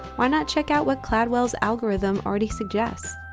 why not check out what cladwell's algorithm already suggests?